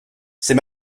c’est